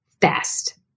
fast